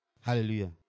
Hallelujah